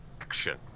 action